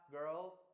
girls